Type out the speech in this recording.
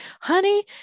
Honey